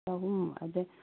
ꯆꯍꯨꯝ ꯑꯗ